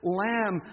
lamb